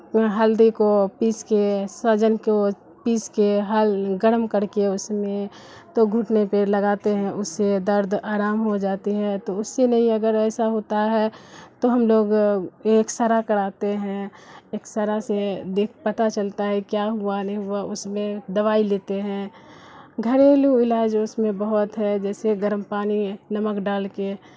ہلدی کو پیس کے سجن کو پیس کے گرم کر کے اس میں تو گھٹنے پہ لگاتے ہیں اس سے درد آرام ہو جاتی ہے تو اس سے نہیں اگر ایسا ہوتا ہے تو ہم لوگ ایکسرا کراتے ہیں ایکسرا سے دیکھ پتہ چلتا ہے کیا ہوا نہیں ہوا اس میں دوائی لیتے ہیں گھریلو علاج اس میں بہت ہے جیسے گرم پانی نمک ڈال کے